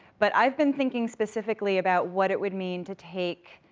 but i've been thinking specifically about what it would mean to take